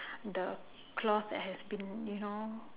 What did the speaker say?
the cloth that has been you know